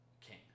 king